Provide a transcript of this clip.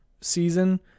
season